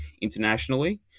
internationally